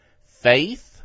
faith